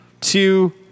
two